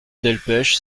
delpech